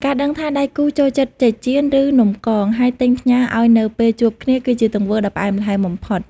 ការដឹងថាដៃគូចូលចិត្ត "ចេកចៀន" ឬ "នំកង" ហើយទិញផ្ញើឱ្យនៅពេលជួបគ្នា គឺជាទង្វើដ៏ផ្អែមល្ហែមបំផុត។